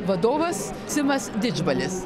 vadovas simas didžbalis